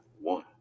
one